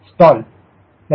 2 lbft2